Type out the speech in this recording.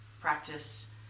practice